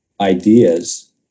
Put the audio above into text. ideas